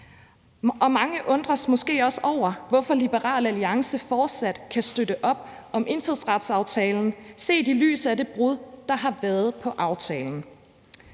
mange undres måske også over, hvorfor Liberal Alliance fortsat kan støtte op om indfødsretsaftalen, set i lyset af det brud, der har været på aftalen.